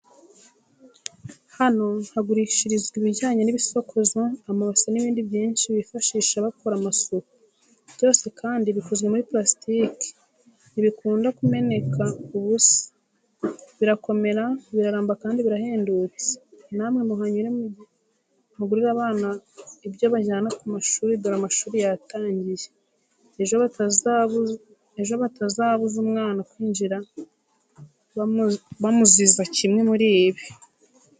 Hano hagurishirizwa ibibijyanye n'ibisokozo, amabase n'ibindi byinshi bifashisha bakora amasuku. Byose kandi bikozwe muri purastike, ntibikunda kumeneka ubusa, birakomera, biraramba kandi birahendutse, na mwe muhanyure mugurire abana ibyo bajyana ku mashuri dore amashuri yatangiye, ejo batazabuza umwana kwinjira bamuziza kimwe muri ibi.